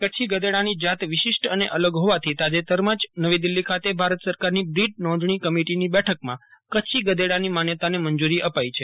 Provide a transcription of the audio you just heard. કચ્છી ગઘેડાની જાત વિશિષ્ટ અને અલગ જ્ઞેવાથી તાજેતરમાં જ નવી દિલ્ફી ખાતે ભારત સરકારની બ્રિડ નોંધણી કમીટીની બેઠકમાં કચ્છી ગધેડાની માન્યતાને મંજૂરી અપાઇ છે